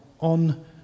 on